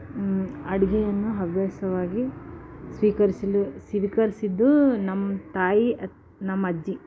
ಹ್ಞೂ ಅಡುಗೆಯನ್ನು ಹವ್ಯಾಸವಾಗಿ ಸ್ವೀಕರಿಸಲು ಸ್ವೀಕರಿಸಿದ್ದು ನಮ್ಮ ತಾಯಿ ಅತ್ ನಮ್ಮಜ್ಜಿ